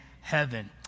heaven